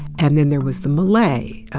and then there was the malay,